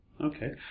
Okay